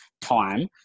time